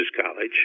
college